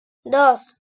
dos